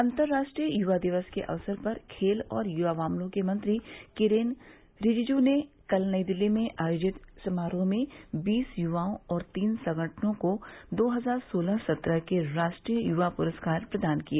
अंतर्राष्ट्रीय युवा दिवस के अवसर पर खेल और युवा मामलों के मंत्री किरेन रिजिजू ने कल नई दिल्ली में आयोजित समारोह में बीस युवाओं और तीन संगठनों को दो हजार सोलह सत्रह के राष्ट्रीय युवा पुरस्कार प्रदान किए